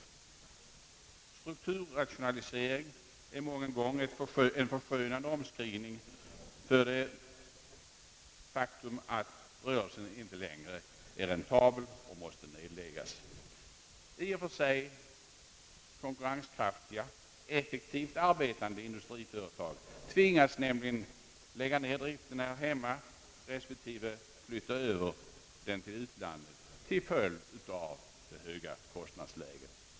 Beteckningen strukturrationalisering är många gånger en förskönande omskrivning för det faktum att rörelsen inte längre är räntabel och fördenskull icke kan bedrivas. I och för sig konkurrenskraftiga och effektivt arbetande industriföretag bringas nämligen att lägga ned driften i hemlandet respektive flytta över den till utlandet till följd av det höga kostnadsläget.